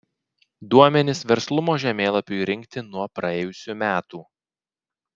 duomenys verslumo žemėlapiui rinkti nuo praėjusių metų